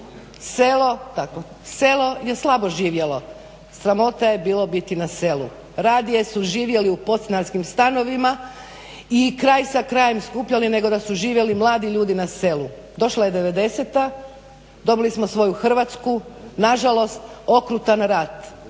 Selo je slabo živjelo. Sramota je bilo biti na selu. Radije su živjeli u podstanarskim stanovima i kraj sa krajem skupljali nego da su živjeli mladi ljudi na selu. Došla je devedeseta, dobili smo svoju Hrvatsku. Na žalost okrutan rat,